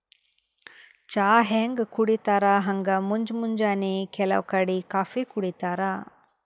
ಚಾ ಹ್ಯಾಂಗ್ ಕುಡಿತರ್ ಹಂಗ್ ಮುಂಜ್ ಮುಂಜಾನಿ ಕೆಲವ್ ಕಡಿ ಕಾಫೀ ಕುಡಿತಾರ್